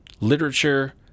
literature